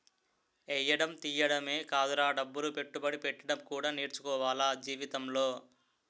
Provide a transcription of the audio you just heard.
ఎయ్యడం తియ్యడమే కాదురా డబ్బులు పెట్టుబడి పెట్టడం కూడా నేర్చుకోవాల జీవితంలో